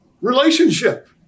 relationship